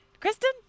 Kristen